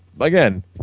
again